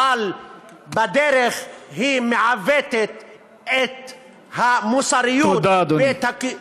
אבל בדרך היא מעוותת את המוסריות, תודה, אדוני.